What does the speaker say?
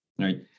right